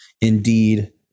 indeed